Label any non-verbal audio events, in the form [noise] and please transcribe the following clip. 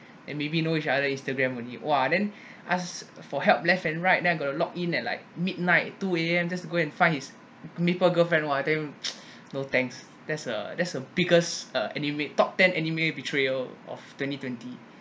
and maybe know each other Instagram only !wah! then ask for help left and right then I going to log in at like midnight two A_M just go and find his maple girlfriend !wah! I tell you [noise] no thanks that's a that's a biggest uh anime top ten anime betrayal of twenty twenty